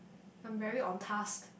I'm very on task